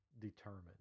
determined